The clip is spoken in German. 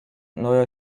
neuer